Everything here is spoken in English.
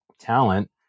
talent